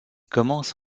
commence